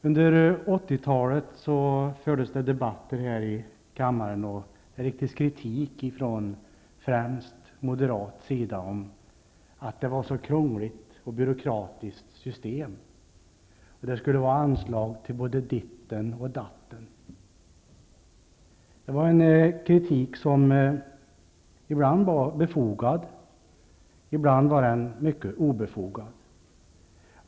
Under 80-talet fördes debatter här i kammaren om och riktades kritik från främst moderat sida mot att det var ett så krångligt och byråkratiskt system, med anslag till både ditten och datten. Det var en kritik som ibland var befogad, ibland mycket obefogad.